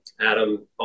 Adam